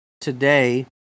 today